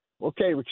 okay